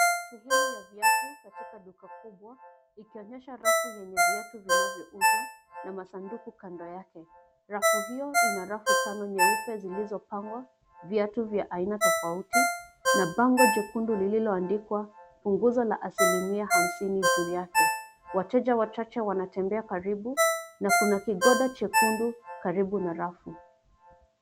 Sehemu ya viatu katika duka kubwa, ikionyesha rafu yenye viatu vinavyouzwa na masunduku kando yake. Rafu hiyo ina rafu tano nyeupe zilizopangwa viatu vya aina tofauti na bango jekundu lililoandikwa punguzo asilimia hamsini juu yake. Wateja wachache wanatembea karibu na kuna kigoda chekundu karibu na rafu.